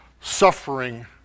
suffering